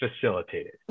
facilitated